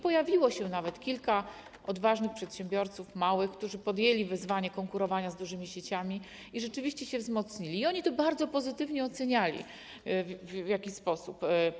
Pojawiło się nawet kilka odważnych małych przedsiębiorców, którzy podjęli wyzwanie konkurowania z dużymi sieciami i rzeczywiście się wzmocnili, i oni to bardzo pozytywnie oceniali w jakiś sposób.